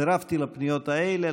סירבתי לפניות האלה.